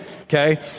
Okay